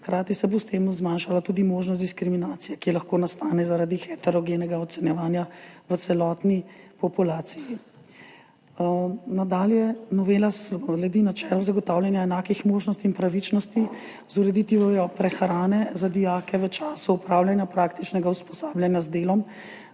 Hkrati se bo s tem zmanjšala tudi možnost diskriminacije, ki lahko nastane zaradi heterogenega ocenjevanja v celotni populaciji. Nadalje. Novela sledi načelu zagotavljanja enakih možnosti in pravičnosti z ureditvijo prehrane za dijake v času opravljanja praktičnega usposabljanja z delom